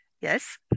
Yes